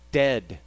dead